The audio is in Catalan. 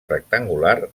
rectangular